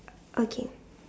okay